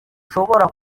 ushobora